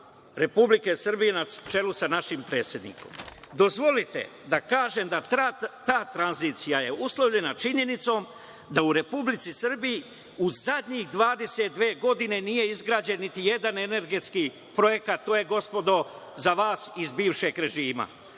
Republike Srbije, na čelu sa našim predsednikom, dozvolite da kažem da je ta tranzicija uslovljena činjenicom da u Republici Srbiji u poslednjih 22 godine nije izgrađen nijedan energetski projekat, to je gospodo za vas iz bivšeg režima.